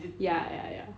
ya ya ya